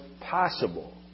possible